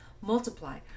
multiply